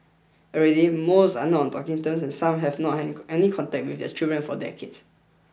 already most are not on talking terms and some have not had any contact with their children for decades